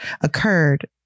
occurred